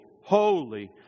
holy